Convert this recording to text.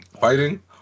fighting